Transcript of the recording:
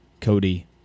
cody